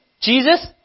Jesus